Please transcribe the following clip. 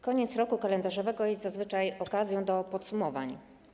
Koniec roku kalendarzowego jest zazwyczaj okazją do podsumowań.